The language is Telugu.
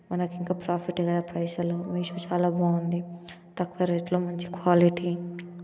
మనకింకా ప్రాఫిట్ పైసలు మీషో చాలా బాగుంది తక్కువ రేటులో మంచి క్వాలిటీ